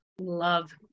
Love